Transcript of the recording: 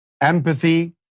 Empathy